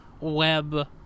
web